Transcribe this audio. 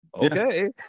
okay